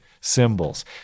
symbols